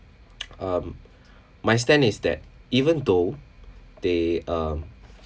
um my stand is that even though they um